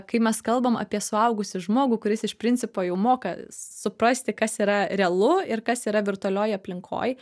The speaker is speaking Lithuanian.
kai mes kalbam apie suaugusį žmogų kuris iš principo jau moka suprasti kas yra realu ir kas yra virtualioj aplinkoj